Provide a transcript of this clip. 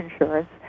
insurance